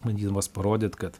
bandydamas parodyt kad